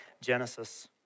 Genesis